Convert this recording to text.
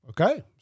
Okay